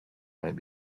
might